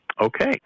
Okay